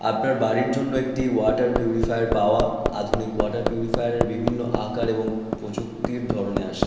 আপনার বাড়ির জন্য একটি ওয়াটার পিউরিফায়ার পাওয়া আধুনিক ওয়াটার পিউরিফায়ারের বিভিন্ন আকার এবং প্রযুক্তির ধরনে আসে